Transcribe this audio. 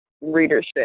readership